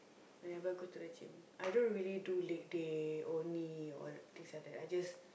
whenever I go to the gym I don't really do leg day only or things like that I just